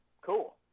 cool